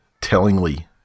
tellingly